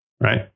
Right